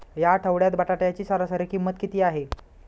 या आठवड्यात बटाट्याची सरासरी किंमत किती आहे?